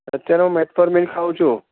અત્યારે હું મેટફર્મિલ ખાવું છું